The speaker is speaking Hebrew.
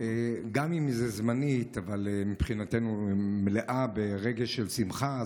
גם אם זמנית, אבל מבחינתנו מלאה ברגש של שמחה.